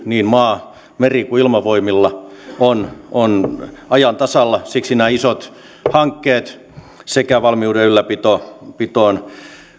niin maa meri kuin ilmavoimilla on on ajan tasalla siksi nämä isot hankkeet sekä valmiuden ylläpitoon